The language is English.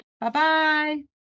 Bye-bye